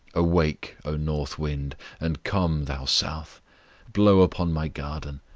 awake, o north wind and come, thou south blow upon my garden,